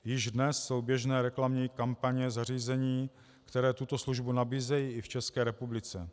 Již dnes jsou běžné reklamní kampaně zařízení, která tuto službu nabízejí i v České republice.